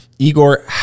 Igor